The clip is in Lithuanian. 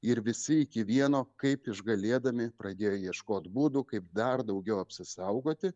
ir visi iki vieno kaip išgalėdami pradėjo ieškot būdų kaip dar daugiau apsisaugoti